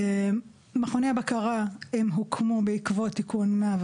מכוני הבקרה הוקמו בעקבות תיקון 101,